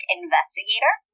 investigator